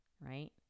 right